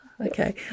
okay